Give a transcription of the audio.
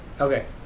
Okay